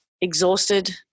exhausted